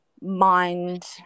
mind